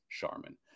Charmin